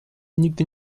nigdy